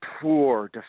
poor